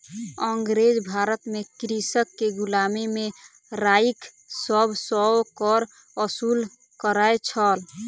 अँगरेज भारत में कृषक के गुलामी में राइख सभ सॅ कर वसूल करै छल